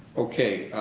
ok.